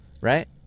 right